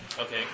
Okay